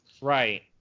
Right